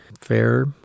fair